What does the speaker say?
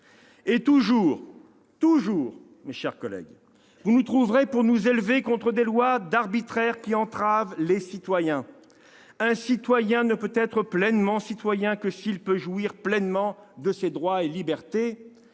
Et toujours- toujours !-, mes chers collègues, vous nous trouverez pour nous élever contre des lois d'arbitraire qui entravent les citoyens. Un citoyen ne peut être pleinement citoyen que s'il peut jouir pleinement de ses droits et libertés.